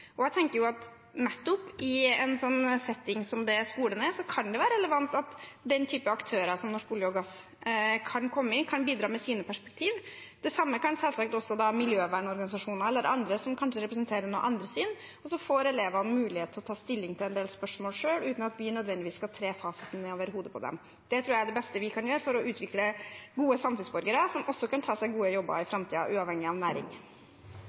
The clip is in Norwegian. Jeg tenker at nettopp i en sånn setting som skolen er, kan det være relevant at en type aktør som Norsk olje og gass kan komme inn, kan bidra med sine perspektiv. Det samme kan selvsagt også miljøvernorganisasjoner eller andre som kanskje representerer noen andre syn. Så får elevene mulighet til å ta stilling til en del spørsmål selv, uten at vi nødvendigvis skal tre fasiten ned over hodet på dem. Det tror jeg er det beste vi kan gjøre for å utvikle gode samfunnsborgere som også kan ta seg gode jobber i framtiden, uavhengig av næring.